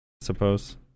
suppose